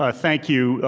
ah thank you,